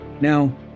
Now